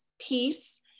Peace